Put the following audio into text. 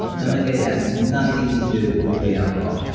and like it has nothing to do with the alcohol.